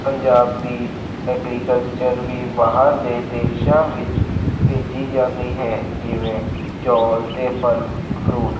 ਪੰਜਾਬ ਦੀ ਐਗਰੀਕਲਚਰ ਵੀ ਬਾਹਰ ਦੇ ਦੇਸ਼ਾਂ ਵਿੱਚ ਭੇਜੀ ਜਾਂਦੀ ਹੈ ਜਿਵੇਂ ਚੌਲ ਅਤੇ ਫਲ ਫਰੂਟ